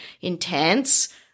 intense